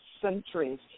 centuries